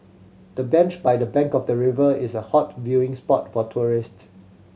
the bench by the bank of the river is a hot viewing spot for tourist